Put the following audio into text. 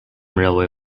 railway